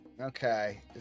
Okay